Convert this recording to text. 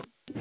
h h